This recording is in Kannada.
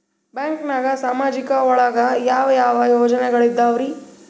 ಬ್ಯಾಂಕ್ನಾಗ ಸಾಮಾಜಿಕ ಒಳಗ ಯಾವ ಯಾವ ಯೋಜನೆಗಳಿದ್ದಾವ್ರಿ?